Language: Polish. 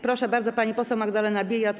Proszę bardzo, pani poseł Magdalena Biejat.